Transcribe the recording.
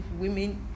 women